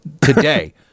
today